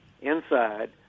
inside